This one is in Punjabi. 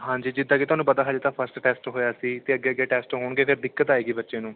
ਹਾਂਜੀ ਜਿੱਦਾਂ ਕਿ ਤੁਹਾਨੂੰ ਪਤਾ ਹਜੇ ਤਾਂ ਫਸਟ ਟੈਸਟ ਹੋਇਆ ਸੀ ਅਤੇ ਅੱਗੇ ਅੱਗੇ ਟੈਸਟ ਹੋਣਗੇ ਅਤੇ ਦਿੱਕਤ ਆਏਗੀ ਬੱਚੇ ਨੂੰ